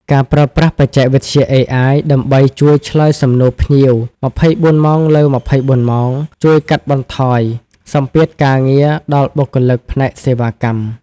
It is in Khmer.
ការប្រើប្រាស់បច្ចេកវិទ្យា AI ដើម្បីជួយឆ្លើយសំណួរភ្ញៀវ ២៤ ម៉ោងលើ ២៤ ម៉ោង ជួយកាត់បន្ថយសម្ពាធការងារដល់បុគ្គលិកផ្នែកសេវាកម្ម។